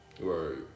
Right